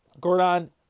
Gordon